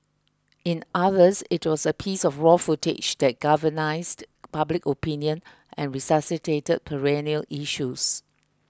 in others it was a piece of raw footage that galvanised public opinion and resuscitated perennial issues